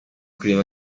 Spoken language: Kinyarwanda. kureba